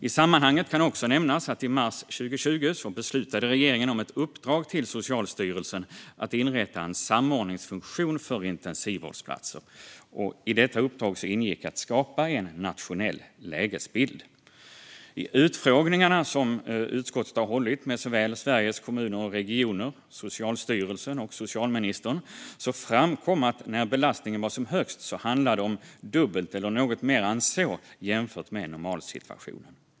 I sammanhanget kan nämnas att regeringen i mars 2020 beslutade om ett uppdrag till Socialstyrelsen att inrätta en samordningsfunktion för intensivvårdsplatser. I detta uppdrag ingick att skapa en nationell lägesbild. I de utfrågningar som utskottet har hållit med Sveriges Kommuner och Regioner, Socialstyrelsen och socialministern framkom detta: När belastningen var som högst handlade det om dubbelt så många eller något mer jämfört med normalsituationen.